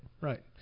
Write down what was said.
Right